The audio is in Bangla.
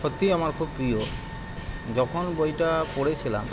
সত্যিই আমার খুব প্রিয় যখন বইটা পড়েছিলাম